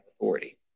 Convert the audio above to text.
authority